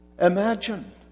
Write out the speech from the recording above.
Imagine